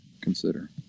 consider